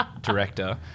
director